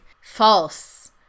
False